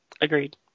Agreed